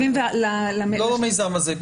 לא למיזם הזה,